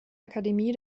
akademie